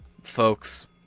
Folks